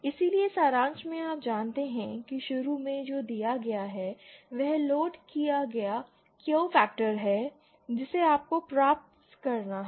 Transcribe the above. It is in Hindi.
इसलिए सारांश में आप जानते हैं कि शुरू में जो दिया गया है वह लोड किया गया Q फैक्टर है जिसे आपको प्राप्त करना है